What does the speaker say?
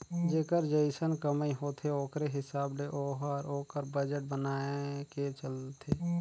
जेकर जइसन कमई होथे ओकरे हिसाब ले ओहर ओकर बजट बनाए के चलथे